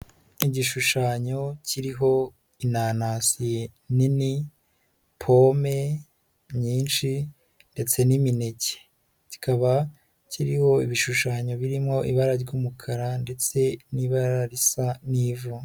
Igishushanyo kiriho inanasi nini, pome nyinshi ndetse n'imineke. Kikaba kiriho ibishushanyo birimo ibara ry'umukara ndetse n'ibara risa n'ivu.